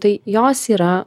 tai jos yra